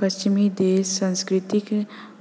पश्चिमी देश सांस्कृतिक